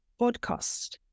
podcast